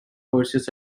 perseus